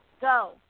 Go